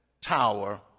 tower